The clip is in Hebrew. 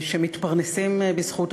ולכן אוכל להזמין את יוזמת